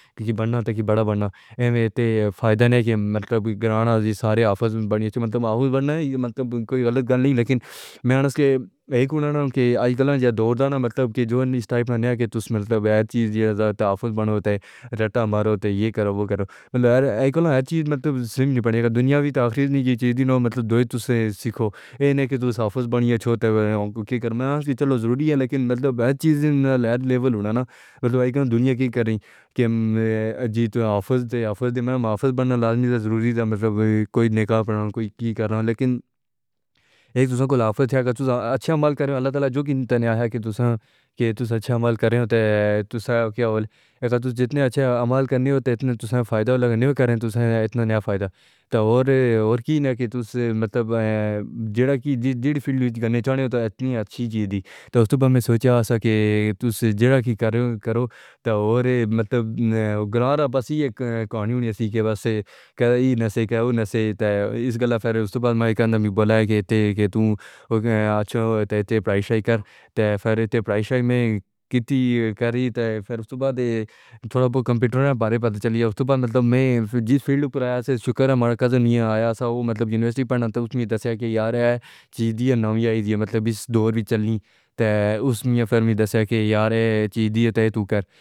کی بننا تاکہ بڑا بننا۔ اے ایسے فائدے نہیں کہ مطلب گرانا سارے حافظ میں بنی چلیں۔ مطلب ہمیں بننا ہے یہ۔ مطلب کوئی غلط نہیں، لکن میں اس کے اے اکوڑا نا ان کے آج کل جائے دوڑدا نا مطلب کہ جو بھی اس ٹائپ نہ ہے۔ کہ مطلب ایک چیز یہ تھا کہ بنوتے رٹا ماروتے یہ کرو وہ کرو مطلب ایک چیز مطلب سلم نہ پڑے گا، دنیا بھی تخلیق نہیں کی چیزیں کو مطلب دوسرے تو سے سکھو اے نہ کہ چھوٹے کرنا ضروری ہے لیکن مطلب یہ چیز لیول ہونا نا مطلب دنیا کی کر ہیں کہ ہم جیت آفس تے آفس دی معاملات بننا لازمی ضروری ہے۔ مطلب کوئی نکاح پڑھاؤ، کوئی کر رہا ہوں، لے کن ایک دوسرے کو حافظ تھا کہ اچھا عمل کریں۔ اللہ تعالیٰ جو بھی تنہا ہے کہ دوسرے کے ساتھ اچھا عمل کریں تو سا ہوگا۔ جتنا اچھا عمل کرنی ہوتی ہے تو سوا فائدہ لگانا کریں تو سے اتنا فائدہ تو اور اور کے نہ کہ بے جدید فل وچ کرنے چاہیے تو اتنی اچھی چیزیں تھے۔ اس تو میں سوچا تھا کہ تو جیدہ کی کار کرو تو اور مطلب گرانا، بس ایک کہانی نہیں تھی کہ بس یہ کہیں نہ کہو نہ کہو تے اس گلا پھیر اس کہاں دے بولا کہ تے کہ تُو اے پڑھائی کر تے پڑھائی میں کیتی کاری تے پھر اس بعد تھوڑا سا کمپیوٹر کے بارے پتہ چلی اس کے بعد مطلب میں جس فیلڈ پر آیا سے شکر ہے مراکز نہیں آیا سا۔ وہ مطلب یونیورسٹی پہنچا تو اس نے کہتے ہیں کہ یار یہ چیزیں نہیں آئی جی مطلب اس دور میں چلنی تھے۔ اس میں دیکھیں یار یہ چیزیں تے تو کر۔